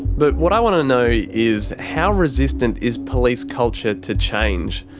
but what i want to know is how resistant is police culture to change?